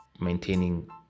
maintaining